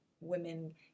women